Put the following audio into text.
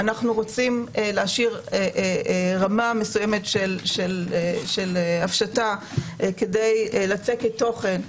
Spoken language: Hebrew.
רוצים להשאיר רמה מסוימת של הפשטה כדי לצקת תוכן.